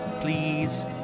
please